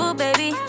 baby